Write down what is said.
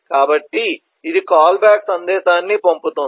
కాబట్టి ఇది call back సందేశాన్ని పంపుతుంది